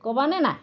ক'বানে নাই